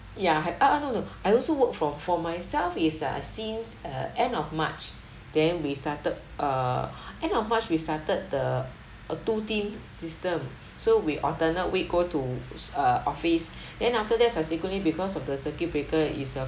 ya ah ah no no I also work for for myself is uh since uh end of march then we started err end of march we started the uh two team system so we alternate week go to uh office then after that subsequently because of the circuit breaker is uh